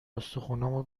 استخونامو